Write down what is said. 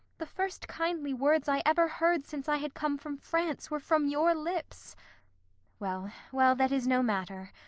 the first kindly words i ever heard since i had come from france were from your lips well, well, that is no matter.